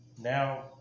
Now